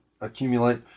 accumulate